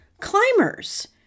climbers